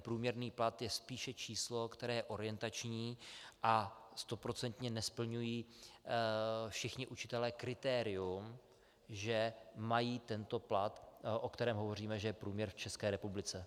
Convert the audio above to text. Průměrný plat je spíše číslo, které je orientační, a stoprocentně nesplňují všichni učitelé kritérium, že mají tento plat, o kterém hovoříme, že je průměr v České republice.